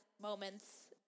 moments